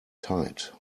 tight